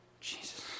Jesus